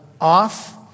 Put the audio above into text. off